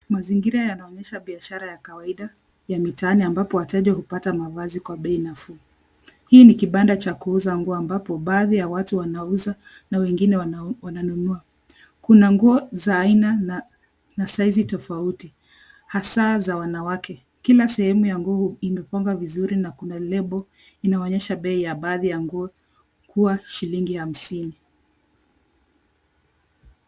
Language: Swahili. Mazingira yanaonyesha biashara ya kawaida ya mitaani ambapo wateja hupata mavazi kwa bei nafuu. Hii ni kibanda cha kuuza nguo ambapo baadhi ya watu wanauza na wengine wananunua. Kuna nguo za aina na (cs)size(cs) tofauti, hasa za wanawake. Kila sehemu ya nguo imepangwa vizuri na kuna (cs)label(cs) inayoonyesha bei ya baadhi ya nguo kuwa shilingi hamsini.